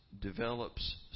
develops